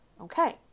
Okay